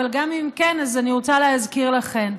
אבל גם אם כן אז אני רוצה להזכיר לכם: